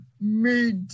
meet